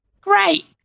great